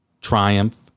Triumph